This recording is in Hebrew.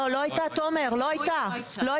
לא הייתה, תומר, לא הייתה.